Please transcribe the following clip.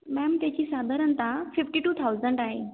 ma'am त्याची साधारणतः fifty two thousand आहे